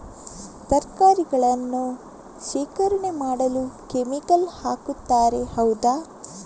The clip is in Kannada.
ತರಕಾರಿಗಳನ್ನು ಶೇಖರಣೆ ಮಾಡಲು ಕೆಮಿಕಲ್ ಹಾಕುತಾರೆ ಹೌದ?